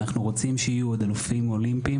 אנחנו רוצים שיהיו אלופים אולימפיים.